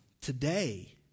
Today